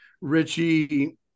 richie